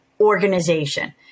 organization